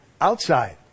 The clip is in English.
Outside